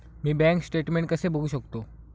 मी bank statement कसे बघू शकतो?